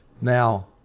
Now